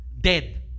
Dead